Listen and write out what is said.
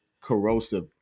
corrosive